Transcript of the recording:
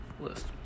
list